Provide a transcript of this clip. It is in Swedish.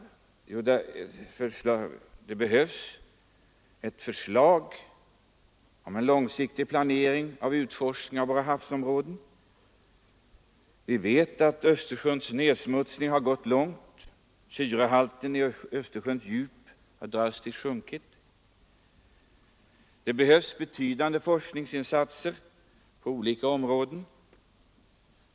Det behövs ett förslag om en långsiktig planering av utforskningen av våra havsområden. Vi vet att Östersjöns nersmutsning gått långt — syrehalten i Östersjöns djup har minskat drastiskt. Det behövs betydande forskningsinsatser på olika områden.